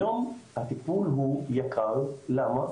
היום הטיפול הוא יקר, למה?